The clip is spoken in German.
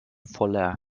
voller